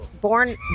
born